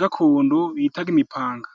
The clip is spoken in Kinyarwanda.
gakondo bitaga imipanga.